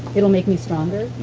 it'll make me stronger?